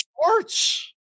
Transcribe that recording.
sports